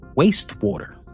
wastewater